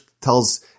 tells